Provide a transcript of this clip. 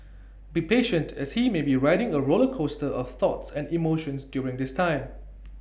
be patient as he may be riding A roller coaster of thoughts and emotions during this time